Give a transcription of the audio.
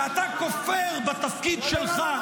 ואתה כופר בתפקיד שלך.